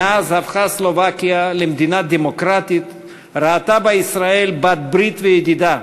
מאז הפכה סלובקיה למדינה דמוקרטית ראתה בה ישראל בעלת-ברית וידידה.